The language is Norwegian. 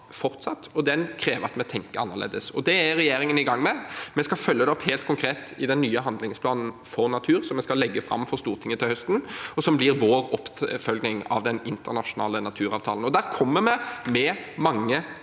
fortsatt. Den krever at vi tenker annerledes, og det er regjeringen i gang med. Vi skal følge det opp helt konkret i den nye handlingsplanen for natur, som vi skal legge fram for Stortinget til høsten, og som blir vår oppfølging av den internasjonale naturavtalen. Der kommer vi med mange